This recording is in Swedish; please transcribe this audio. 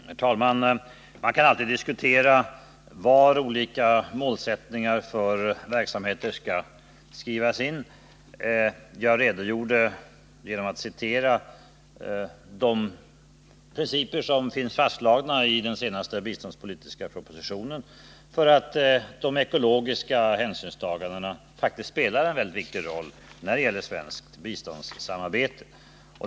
Herr talman! Man kan alltid diskutera var olika målsättningar för biståndsverksamheten skall skrivas in. Jag citerade den senaste biståndspolitiska propositionen, varav framgick att de ekologiska hänsynstagandena faktiskt spelar en mycket viktig roll när det gäller svenskt biståndssamarbete.